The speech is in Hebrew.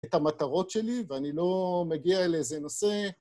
את המטרות שלי ואני לא מגיע לאיזה נושא.